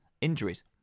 injuries